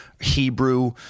Hebrew